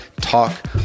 talk